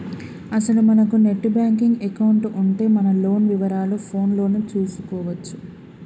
అసలు మనకు net banking account ఉంటే మన లోన్ వివరాలు ఫోన్ లోనే చూసుకోవచ్చు